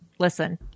Listen